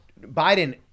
Biden